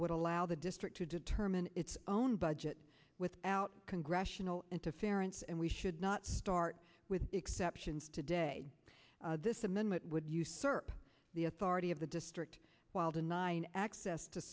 would allow the district to determine its own budget without congressional interference and we should not start with the exceptions today this amendment would usurp the authority of the district while denying access to